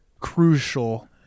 crucial